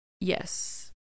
yes